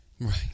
Right